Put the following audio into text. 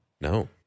No